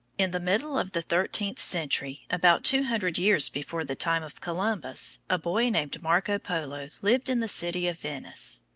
in the middle of the thirteenth century, about two hundred years before the time of columbus, a boy named marco polo lived in the city of venice.